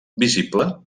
visible